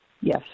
Yes